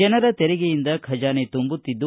ಆನರ ತೆರಿಗೆಯಿಂದ ಖಜಾನೆ ತುಂಬುತ್ತದೆ